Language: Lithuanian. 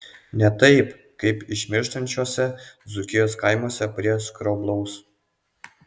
ne taip kaip išmirštančiuose dzūkijos kaimuose prie skroblaus